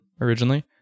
originally